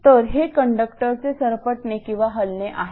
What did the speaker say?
तर हे कंडक्टरचे सरपटणे किंवा हलणे आहे